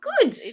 good